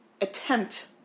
attempt